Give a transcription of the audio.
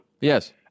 Yes